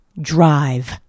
drive